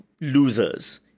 losers